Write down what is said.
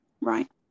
Right